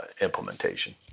implementation